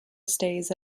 stays